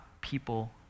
people